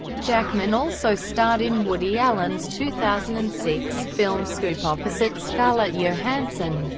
jackman also starred in woody allen's two thousand and six film scoop opposite scarlett johansson.